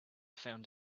found